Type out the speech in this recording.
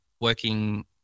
working